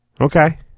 Okay